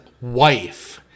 wife